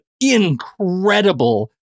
incredible